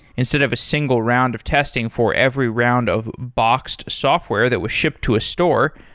instead of a single round of testing for every round of boxed software that was shipped to a store,